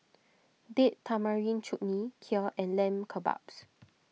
Date Tamarind Chutney Kheer and Lamb Kebabs